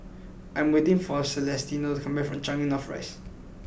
I am waiting for Celestino to come back from Changi North Rise